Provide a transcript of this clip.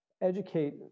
educate